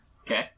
Okay